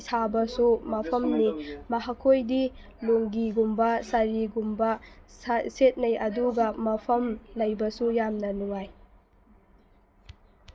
ꯁꯥꯕꯁꯨ ꯃꯐꯝꯅꯤ ꯃꯈꯣꯏꯗꯤ ꯂꯣꯡꯒꯤꯒꯨꯝꯕ ꯁꯥꯔꯤꯒꯨꯝꯕ ꯁꯦꯠꯅꯩ ꯑꯗꯨꯒ ꯃꯐꯝ ꯂꯩꯕꯁꯨ ꯌꯥꯝꯅ ꯅꯨꯡꯉꯥꯏ